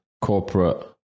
corporate